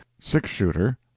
six-shooter